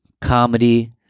Comedy